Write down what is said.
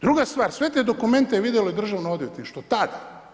Druga stvar, sve te dokumente vidjelo je državno odvjetništvo tada.